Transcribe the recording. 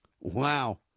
Wow